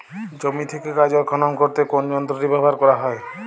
জমি থেকে গাজর খনন করতে কোন যন্ত্রটি ব্যবহার করা হয়?